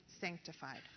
sanctified